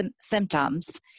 symptoms